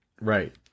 Right